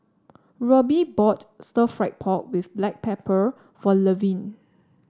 Roby bought stir fry pork with Black Pepper for Levern